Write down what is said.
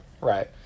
right